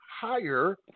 higher